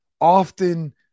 often